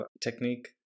technique